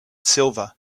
silver